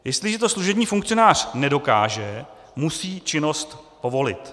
Jestliže to služební funkcionář nedokáže, musí činnost povolit.